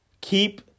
Keep